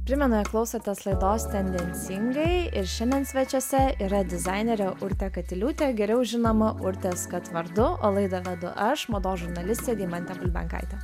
primenu jog klausotės laidos tendencingai ir šiandien svečiuose yra dizainerė urtė katiliūtė geriau žinoma urtės kat vardu o laidą vedu aš mados žurnalistė deimantė bulbenkaitė